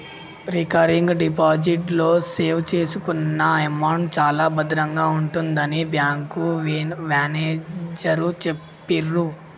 recurring deposit లో save చేసుకున్న amount చాలా భద్రంగా ఉంటుందని బ్యాంకు మేనేజరు చెప్పిర్రు